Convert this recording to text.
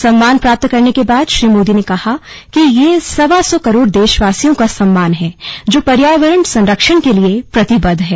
सम्मान प्राप्त करने के बाद श्री मोदी ने कहा कि यह सवा सौ करोड़ देशवासियों का सम्मान है जो पर्यावरण संरक्षण के लिए प्रतिबद्ध हैं